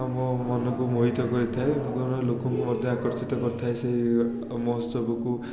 ଆମ ମନକୁ ମୋହିତ କରିଥାଏ ସାଧାରଣ ଲୋକଙ୍କୁ ମଧ୍ୟ ଆକର୍ଷିତ କରିଥାଏ ସେହି ମହୋତ୍ସବକୁ